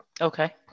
Okay